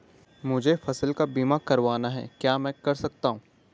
मुझे फसल बीमा करवाना है क्या मैं कर सकता हूँ?